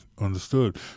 Understood